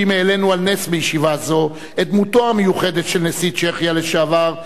העלינו על נס בישיבה מיוחדת את דמותו המיוחדת של נשיא צ'כיה לשעבר,